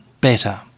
better